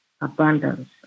abundance